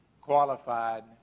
qualified